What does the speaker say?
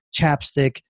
chapstick